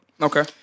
Okay